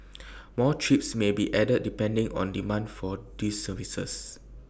more trips may be added depending on demand for these services